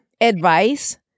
advice